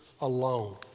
alone